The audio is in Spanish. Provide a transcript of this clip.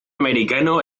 americano